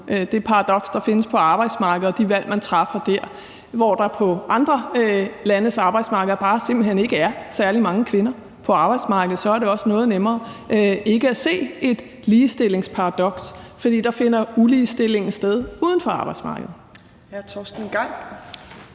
det paradoks, der findes på arbejdsmarkedet, og de valg, man træffer der – hvor der på andre landes arbejdsmarkeder bare simpelt hen ikke er særlig mange kvinder, og så er det også noget nemmere ikke at se et ligestillingsparadoks, fordi uligestillingen der finder sted uden for arbejdsmarkedet. Kl. 14:18 Tredje